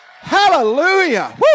Hallelujah